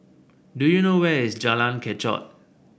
do you know where is Jalan Kechot